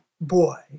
boy